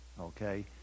okay